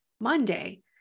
Monday